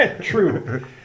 true